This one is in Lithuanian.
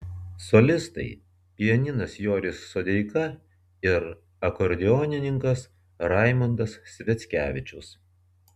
solistai pianistas joris sodeika ir akordeonininkas raimundas sviackevičius